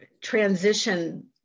transition